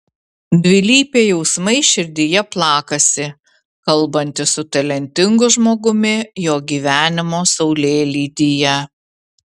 dvilypiai jausmai širdyje plakasi kalbantis su talentingu žmogumi jo gyvenimo saulėlydyje